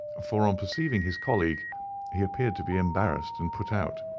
for on perceiving his colleague he appeared to be embarrassed and put out.